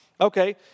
Okay